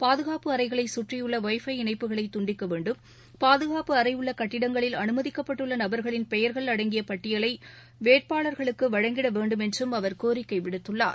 பாதுகாப்பு அறைகளை சுற்றியுள்ள வை பை இணைப்புகளை துண்டிக்க வேண்டும் பாதுகாப்பு அறை உள்ள கட்டிடங்களில் அனுமதிக்கப்பட்டுள்ள நபர்களின் பெயர்கள் அடங்கிய பட்டியலை வேட்பாளர்களுக்கு வழங்கிட வேண்டும் என்றும் அவர் கோரிக்கை விடுத்துள்ளார்